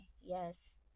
yes